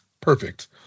perfect